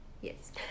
Yes